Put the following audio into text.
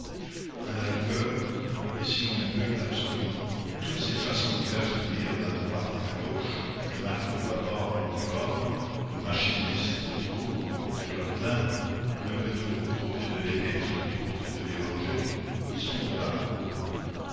à la rigueur et si on le veut absolument toutes ces façons diverses de dire la droite et la gauche le matelot bâbord et tribord le machiniste côté cour et côté jardin le bedeau côté de l'épître et côté de l'évangile sont de l'argot